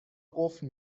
قفل